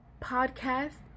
podcast